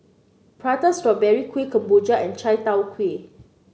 Prata Strawberry Kuih Kemboja and Chai Tow Kuay